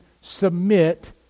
submit